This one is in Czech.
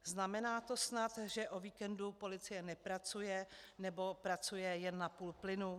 Znamená to snad, že o víkendu policie nepracuje, nebo pracuje jen na půl plynu?